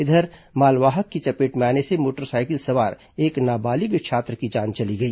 इधर मालवाहक की चपेट में आने से मोटर साइकिल सवार एक नाबालिग छात्रा की जान चली गई